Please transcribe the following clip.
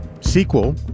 sequel